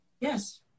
Yes